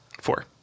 Four